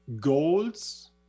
goals